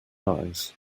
eyes